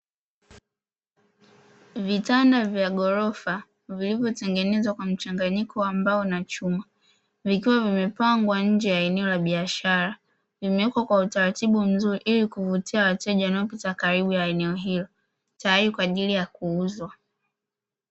Vitanda vya ghorofa vilivyotengenezwa kwa mchanganyiko wa mbao na chuma, vikiwa vimepangwa nje ya eneo la biashara, vimewekwa kwa utaratibu mzuri ili kuvutia wateja wanaopita karibu na eneo hilo tayari kwa ajili ya kuuza.